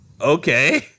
okay